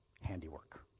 handiwork